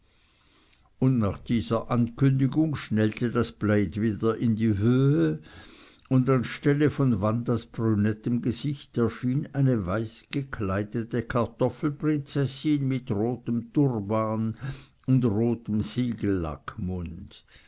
und nach dieser ankündigung schnellte das plaid wieder in die höhe und an stelle von wandas brünettem gesicht erschien eine weißgekleidete kartoffelprinzessin mit rotem turban und rotem